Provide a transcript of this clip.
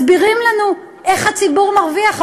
מסבירים לנו איך הציבור מרוויח.